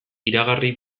iragarri